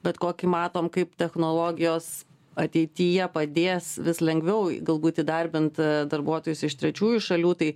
bet kokį matom kaip technologijos ateityje padės vis lengviau galbūt įdarbint darbuotojus iš trečiųjų šalių tai